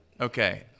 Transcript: Okay